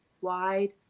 wide